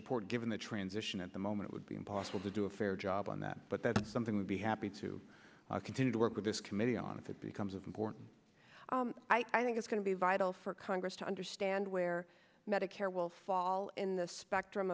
report given the transition at the moment would be impossible to do a fair job on that but that's something we'll be happy to continue to work with this committee on if it becomes important i think it's going to be vital for congress to understand where medicare will fall in the spectrum